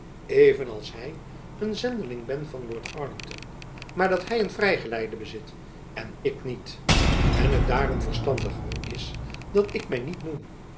even als hy een zendeling ben van lord arlington maar dat hy een vrij geleide bezit jacob van lennep elizabeth musch en ik niet en het daarom verstandiger is dat ik my niet noem